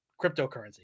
cryptocurrency